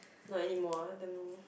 not anymore ah damn long